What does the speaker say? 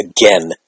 again